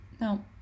no